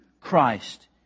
Christ